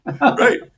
Right